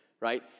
right